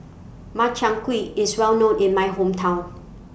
Makchang Gui IS Well known in My Hometown